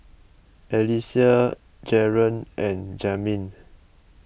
Alysia Jaron and Jamin